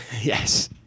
Yes